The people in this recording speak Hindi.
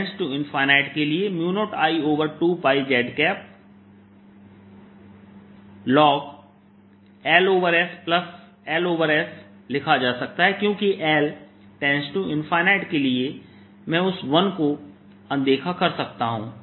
L के लिए 0I2πzln LsLs लिखा जा सकता है क्योंकि L के लिए मैं उस 1 को अनदेखा कर सकता हूं